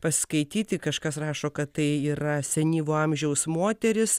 paskaityti kažkas rašo kad tai yra senyvo amžiaus moteris